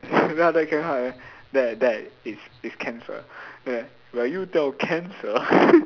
then after that Kevin was like that that is is cancer will you tell cancer